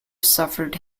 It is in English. suffered